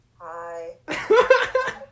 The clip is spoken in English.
Hi